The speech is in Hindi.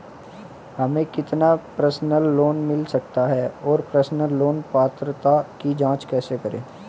हमें कितना पर्सनल लोन मिल सकता है और पर्सनल लोन पात्रता की जांच कैसे करें?